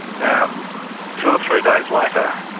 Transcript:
now two or three days later,